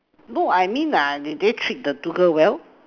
no I mean uh did they treat the two girl well